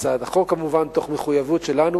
בהצעת החוק, כמובן תוך מחויבות שלנו